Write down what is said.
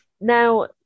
Now